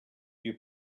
you